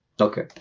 Okay